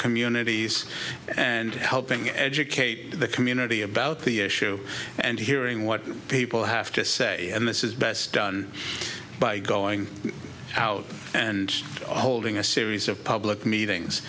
communities and helping educate the community about the issue and hearing what people have to say and this is best done by going out and holding us areas of public meetings